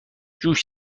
جوش